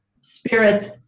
spirits